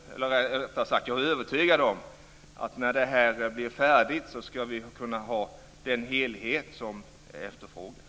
Jag är övertygad om att vi, när detta är färdigt, kommer att ha den helhet som efterfrågas.